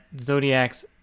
Zodiac's